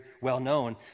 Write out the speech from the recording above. well-known